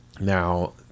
now